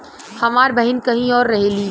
हमार बहिन कहीं और रहेली